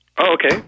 Okay